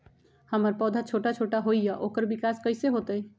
हमर पौधा छोटा छोटा होईया ओकर विकास कईसे होतई?